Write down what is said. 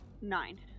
nine